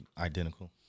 identical